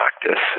practice